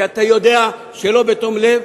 כי אתה יודע שלא בתום לב,